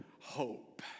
hope